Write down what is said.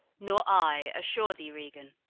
nor i, assure thee, regan